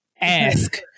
Ask